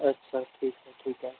अच्छा ठीकु आहे ठीकु आहे